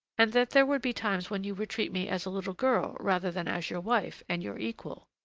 and that there would be times when you would treat me as a little girl rather than as your wife and your equal.